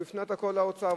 הפנה הכול לאוצר,